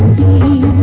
the